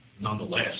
nonetheless